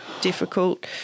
difficult